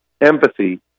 empathy